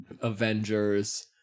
Avengers